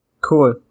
Cool